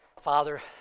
Father